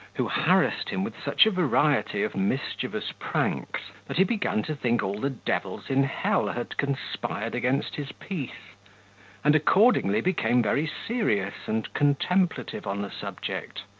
who harassed him with such a variety of mischievous pranks, that he began to think all the devils in hell had conspired against his peace and accordingly became very serious and contemplative on the subject.